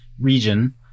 region